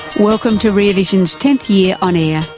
welcome to rear vision's tenth year on air,